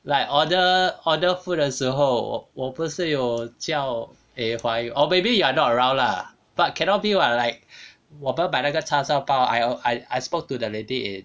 like order order food 的时候我不是有叫 eh 华语 or maybe you are not around lah but cannot be [what] like 我们买那个叉烧包 I I I spoke to the lady